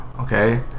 okay